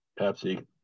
Pepsi